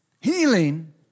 Healing